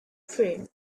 friend